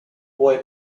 boy